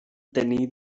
tenir